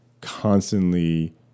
constantly